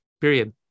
period